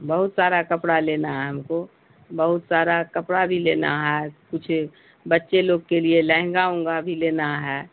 بہت سارا کپڑا لینا ہے ہم کو بہت سارا کپڑا بھی لینا ہے کچھ بچے لوگ کے لیے لہنگا وونگا بھی لینا ہے